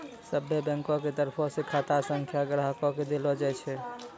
सभ्भे बैंको के तरफो से खाता संख्या ग्राहको के देलो जाय छै